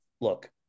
look